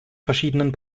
verschiedenen